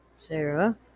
Sarah